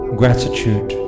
gratitude